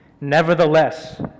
nevertheless